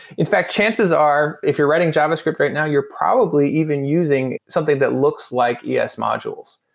in fact, chances are if you're writing javascript right now, you're probably even using something that looks like yeah es modules.